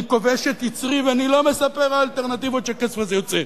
אני כובש את יצרי ואני לא מספר על האלטרנטיבות שהכסף הזה יוצא עליהן,